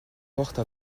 forte